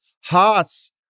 Haas